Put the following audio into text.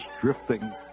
drifting